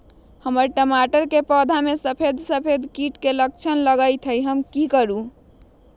हमर टमाटर के पौधा में सफेद सफेद कीट के लक्षण लगई थई हम का करू?